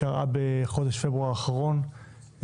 קראה בחודש פברואר האחרון,